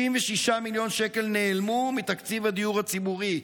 96 מיליון שקל נעלמו מתקציב הדיור הציבורי,